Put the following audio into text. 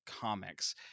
comics